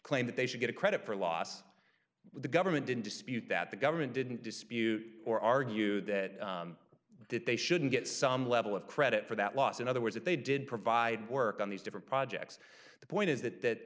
claim that they should get a credit for a loss the government didn't dispute that the government didn't dispute or argue that that they shouldn't get some level of credit for that loss in other words if they did provide work on these different projects the point is that that